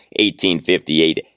1858